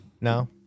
No